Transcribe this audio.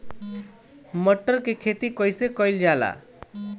मटर के खेती कइसे कइल जाला?